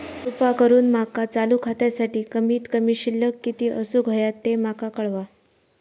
कृपा करून माका चालू खात्यासाठी कमित कमी शिल्लक किती असूक होया ते माका कळवा